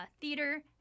theater